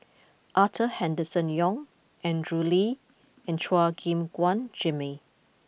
Arthur Henderson Young Andrew Lee and Chua Gim Guan Jimmy